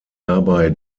dabei